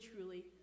truly